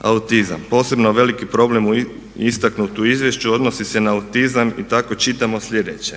autizam, posebno veliki problem istaknut u izvješću odnosi se na autizam i tako čitamo sljedeće: